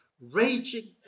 raging